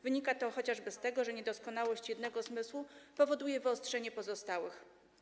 Wynika to chociażby z tego, że niedoskonałość jednego ze zmysłów powoduje wyostrzenie pozostałych.